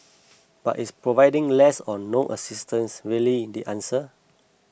but is providing less or no assistance really the answer